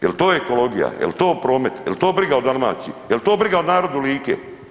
Jel to ekologija, jel to promet, jel to briga o Dalmaciji, jel to briga o narodu Like?